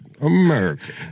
America